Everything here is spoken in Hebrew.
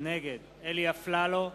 נגד אלי אפללו,